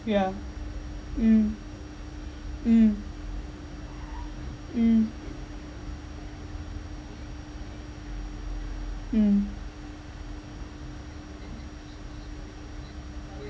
yeah mm mm mm mm